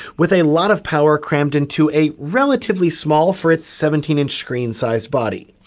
with a lot of power crammed into a relatively small, for its seventeen inch screen size body.